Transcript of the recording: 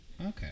Okay